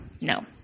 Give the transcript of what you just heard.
No